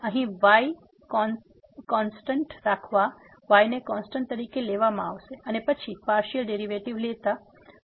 તેથી અહીં y constant રાખવા y ને કોન્સ્ટેન્ટ તરીકે લેવામાં આવશે અને પછી પાર્સીઅલ ડેરીવેટીવ લેતા